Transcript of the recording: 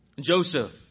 Joseph